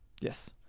Yes